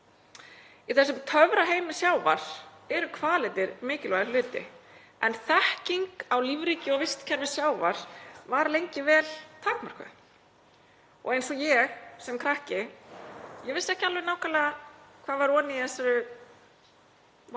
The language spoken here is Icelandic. Í þessum töfraheimi sjávar eru hvalirnir mikilvægur hluti en þekking á lífríki og vistkerfi sjávar var lengi vel takmörkuð og ég sem krakki vissi ekki alveg nákvæmlega hvað var ofan í þessu vatni,